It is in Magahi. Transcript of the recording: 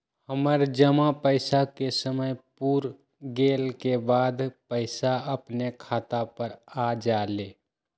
हमर जमा पैसा के समय पुर गेल के बाद पैसा अपने खाता पर आ जाले?